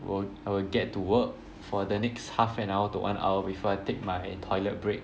I will I will get to work for the next half an hour to one hour before I take my toilet break